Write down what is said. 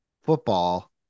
Football